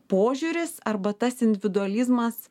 požiūris arba tas individualizmas